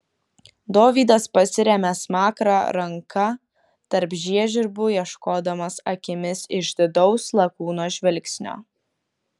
dovydas pasiremia smakrą ranka tarp žiežirbų ieškodamas akimis išdidaus lakūno žvilgsnio